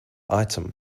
item